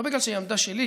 לא בגלל שהיא העמדה שלי,